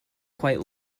quite